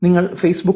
നിങ്ങൾ ഫേസ്ബുക്